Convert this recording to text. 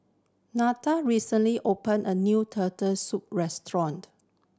Nelda recently open a new Turtle Soup restaurant